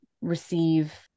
receive